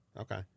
okay